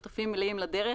כולם שותפים מלאים לדרך